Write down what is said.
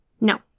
No